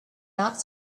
not